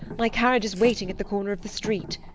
my carriage is waiting at the corner of the street.